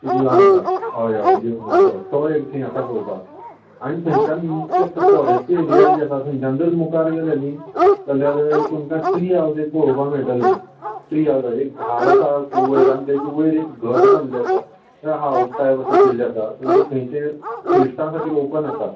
इतलो लांब आसा हय हय देव मासो तो एक थंय आसा पळोवपाक आनी थंयच्यान मुख्य फाॅरेस्ट जी एरीया आसा थयच्यान जर मुखार गेले न्ही जाल्यार तुमका ट्री हावजीस पळोवपा मेळटले ट्री हावजीस एक झाड आसा खूब वयर आनी तेजे वयर एक घर बांदले आसा ते हावज टायप अशें केल्लें आसा तुमका थंयचें ट्यूरीश्टां खातीर ओपन आसा